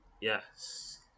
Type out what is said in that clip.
Yes